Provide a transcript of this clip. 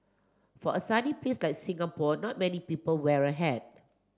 for a sunny place like Singapore not many people wear a hat